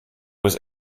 was